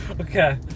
Okay